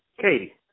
Katie